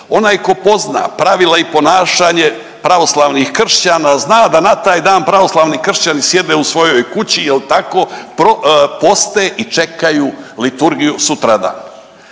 Onaj tko pozna pravila i ponašanje pravoslavnih kršćana zna da na taj dan pravoslavni kršćani sjede u svojoj kući, jel tako, poste i čekaju liturgiju sutradan.